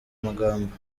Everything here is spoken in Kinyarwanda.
magambo